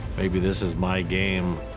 maybe this is my game.